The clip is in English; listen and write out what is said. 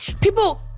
people